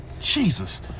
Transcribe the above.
Jesus